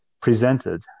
presented